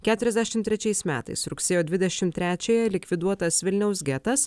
keturiasdešim trečiais metais rugsėjo dvidešim trečiąją likviduotas vilniaus getas